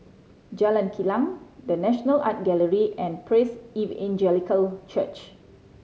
Jalan Kilang The National Art Gallery and Praise Evangelical Church